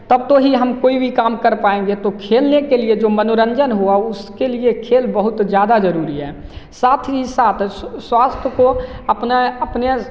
तब तो ही हम कोई भी काम कर पाएँगे तो खेलने के लिए जो मनोरंजन हुआ उसके लिए खेल बहुत ज़्यादा जरूरी है साथ ही साथ स्वास्थ्य को अपने अपने